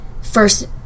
first